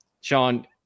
Sean